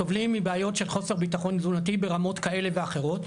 סובלים מבעיות של חוסר ביטחון תזונתי ברמות כאלה ואחרות,